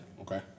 Okay